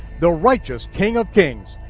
the righteous king of kings,